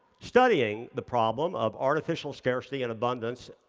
studying the problem of artificial scarcity and abundance,